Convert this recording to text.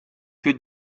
que